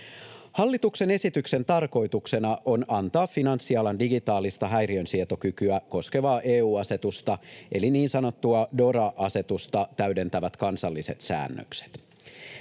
Hallituksen esityksen tarkoituksena on antaa finanssialan digitaalista häiriönsietokykyä koskevaa EU-asetusta eli niin sanottua DORA-asetusta täydentävät kansalliset säännökset.